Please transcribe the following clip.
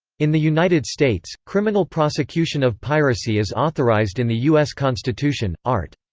in the united states, criminal prosecution of piracy is authorized in the u s. constitution, art.